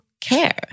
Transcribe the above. care